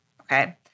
Okay